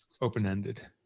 open-ended